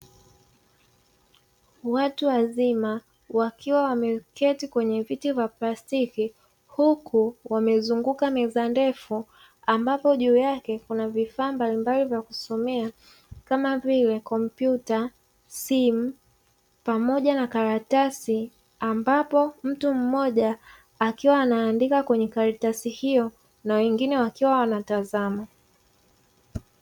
Watu wazima wakiwa wameketi kwenye viti vya plastiki, huku wamezunguka meza ndefu ambapo juu yake kuna vifaa mbalimbali vya kusomea kama vile kompyuta, simu, pamoja na karatasi. Ambapo mtu mmoja akiwa anaandika kwenye karatasi hiyo na wengine wakiwa wanatazama.